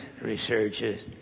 researches